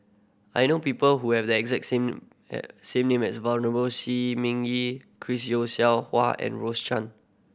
I know people who have the exact same same name as Shi Ming Yi Chris Yeo Siew Hua and Rose Chan